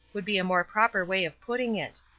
would be a more proper way of putting it,